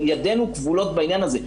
ידינו כבולות בעניין הזה.